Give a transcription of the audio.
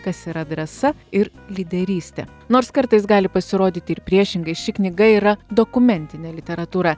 kas yra drąsa ir lyderystė nors kartais gali pasirodyti ir priešingai ši knyga yra dokumentinė literatūra